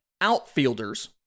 outfielders